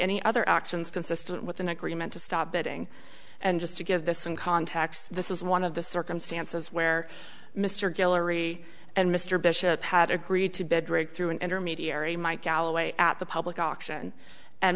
any other actions consistent with an agreement to stop betting and just to give this in context this is one of the circumstances where mr guillory and mr bishop had agreed to bed rig through an intermediary might galloway at the public auction and